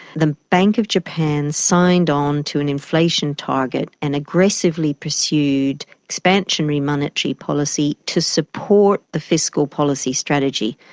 the bank of japan signed on to an inflation target and aggressively pursued expansionary monetary policy to support the fiscal policy strategy.